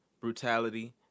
brutality